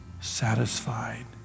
satisfied